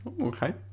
okay